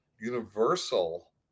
Universal